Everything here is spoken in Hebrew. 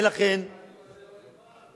ולכן, מה, הדיון הזה לא נגמר?